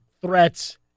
threats